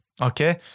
Okay